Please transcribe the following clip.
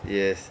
yes